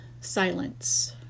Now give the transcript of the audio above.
silence